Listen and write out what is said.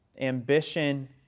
ambition